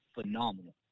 phenomenal